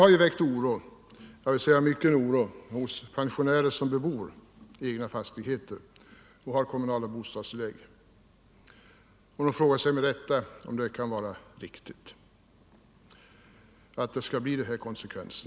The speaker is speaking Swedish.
reglerna för Det här har väckt mycken oro hos pensionärer som bebor egna fas — inkomstprövning av tigheter och har kommunala bostadstillägg. De frågar sig med rätta om de kommunala det kan vara riktigt att det skall bli sådana här konsekvenser.